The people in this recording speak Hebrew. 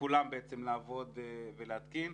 לכולם לעבוד ולהתקין.